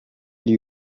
lui